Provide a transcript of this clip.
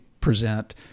present